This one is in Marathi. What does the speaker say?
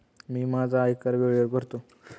मी माझा आयकर वेळेवर भरतो